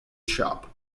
shop